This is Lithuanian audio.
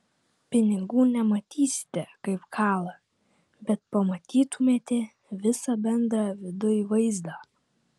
pinigų nematysite kaip kala bet pamatytumėte visą bendrą viduj vaizdą